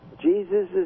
Jesus